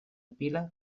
pila